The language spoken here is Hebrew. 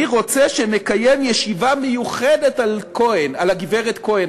"אני רוצה שנקיים ישיבה מיוחדת על הגברת כהן,